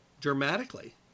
dramatically